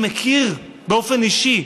אני מכיר באופן אישי